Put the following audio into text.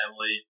family